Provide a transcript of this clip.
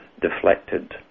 deflected